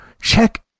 Check